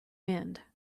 mend